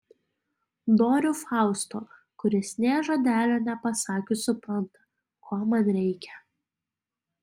noriu fausto kuris nė žodelio nepasakius supranta ko man reikia